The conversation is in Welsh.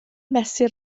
mesur